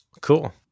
Cool